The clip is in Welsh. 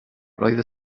roedd